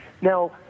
Now